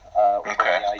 Okay